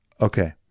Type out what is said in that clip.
Okay